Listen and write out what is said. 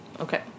Okay